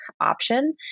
option